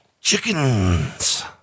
chickens